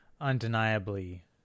undeniably